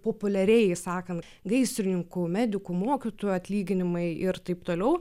populiariai sakant gaisrininkų medikų mokytojų atlyginimai ir taip toliau